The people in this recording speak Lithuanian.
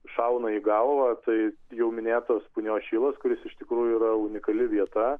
šauna į galvą tai jau minėtas punios šilas kuris iš tikrųjų yra unikali vieta